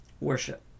worship